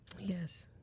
Yes